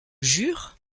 jure